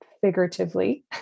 figuratively